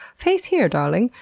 face here, darling?